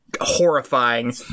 horrifying